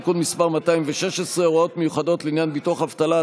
תיקון מס' 216) (הוראות מיוחדות לעניין ביטוח אבטלה),